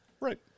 Right